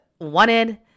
wanted